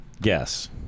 guess